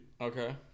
Okay